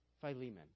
Philemon